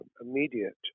immediate